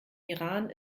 iran